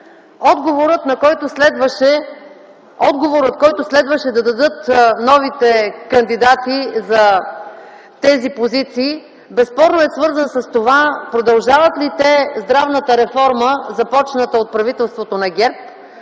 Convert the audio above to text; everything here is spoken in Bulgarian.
Отговорът, който следваше да дадат новите кандидати за тези позиции, безспорно е свързан с това продължават ли те здравната реформа, започната от правителството на ГЕРБ,